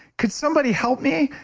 could somebody help me?